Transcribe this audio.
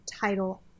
title